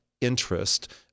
interest